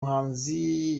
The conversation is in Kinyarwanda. muhanzi